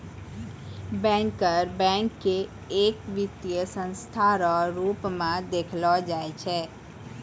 banker bank के एक वित्तीय संस्था रो रूप मे देखलो जाय छै